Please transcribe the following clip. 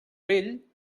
vell